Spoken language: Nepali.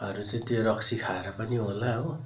हरू चाहिँ त्यो रक्सी खाएर पनि होला हो